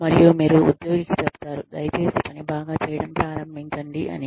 మరియు మీరు ఉద్యోగికి చెబుతారు దయచేసి పని బాగా చేయడం ప్రారంభించండి అని